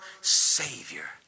Savior